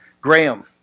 Graham